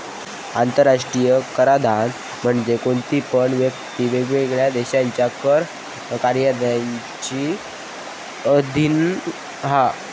आंतराष्ट्रीय कराधान म्हणजे कोणती पण व्यक्ती वेगवेगळ्या देशांच्या कर कायद्यांच्या अधीन हा